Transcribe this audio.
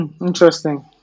Interesting